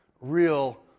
real